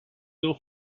teu